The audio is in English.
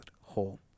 whole